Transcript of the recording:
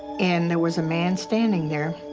and there was a man standing there.